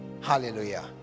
hallelujah